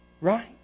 Right